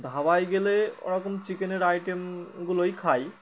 ধাবায় গেলে ওরকম চিকেনের আইটেমগুলোই খাই